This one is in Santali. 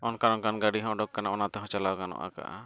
ᱚᱱᱠᱟᱱᱼᱚᱱᱠᱟᱱ ᱜᱟᱹᱰᱤᱦᱚᱸ ᱩᱰᱩᱠ ᱟᱠᱟᱱᱟ ᱚᱱᱟ ᱛᱮᱦᱚᱸ ᱪᱟᱞᱟᱣ ᱜᱟᱱᱚᱜᱼᱟ